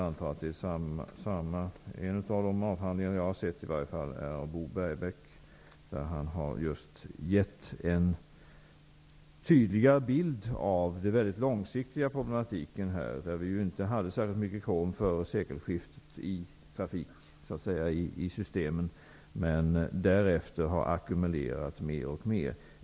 En av de avhandlingar som jag har sett är av Bo Bergbäck; han har just givit en tydligare bild av den långsiktiga problematiken. Vi hade före sekelskiftet inte särskilt mycket krom i trafik i systemen, men därefter har vi ackumulerat mer och mer.